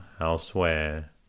elsewhere